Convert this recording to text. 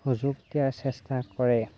সুযোগ দিয়াৰ চেষ্টা কৰে